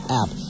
app